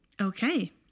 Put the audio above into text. Okay